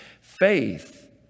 Faith